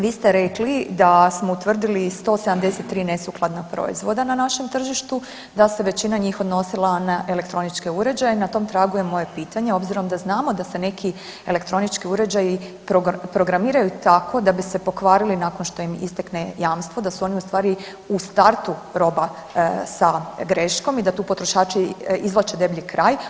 Vi ste rekli da smo utvrdili 173 nesukladna proizvoda na našem tržištu, da se većina njih odnosila na elektroničke uređaje, na tom tragu je moje pitanje obzirom da znamo da se neki elektronički uređaji programiraju tako da bi se pokvarili nakon što im istekne jamstvo, da su oni ustvari u startu roba sa greškom i da tu potrošači izvlače deblji kraj.